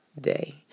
day